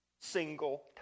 single